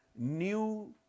New